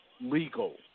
legal